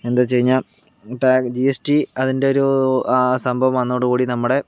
എന്താ വെച്ചുകഴിഞ്ഞാ ജിഎസ്ടി അതിൻറെ ഒരു ആ സംഭവം വന്നതോടുകൂടി നമ്മുടെ